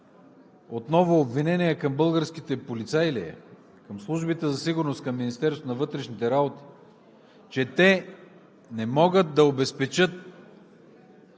отново към българските полицаи ли е, към службите за сигурност към Министерството на вътрешните работи, че те не могат да обезпечат